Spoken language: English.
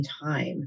time